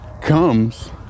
comes